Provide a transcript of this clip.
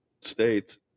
states